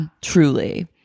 truly